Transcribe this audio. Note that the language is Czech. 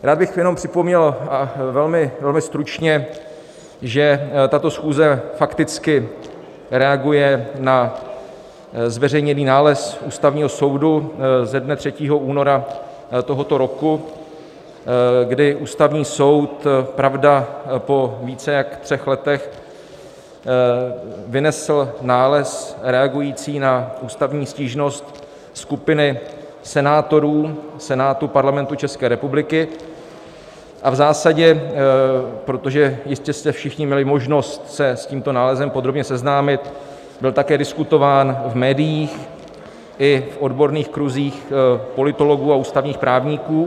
Rád bych jenom připomněl, a velmi stručně, že tato schůze fakticky reaguje na zveřejněný nález Ústavního soudu ze dne 3. února tohoto roku, kdy Ústavní soud, pravda, po více jak třech letech, vynesl nález reagující na ústavní stížnost skupiny senátorů Senátu Parlamentu ČR, a v zásadě, protože jistě jste všichni měli možnost se s tímto nálezem podrobně seznámit, byl také diskutován v médiích i v odborných kruzích politologů a ústavních právníků...